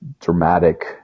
dramatic